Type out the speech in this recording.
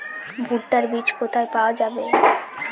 ভুট্টার বিজ কোথায় পাওয়া যাবে?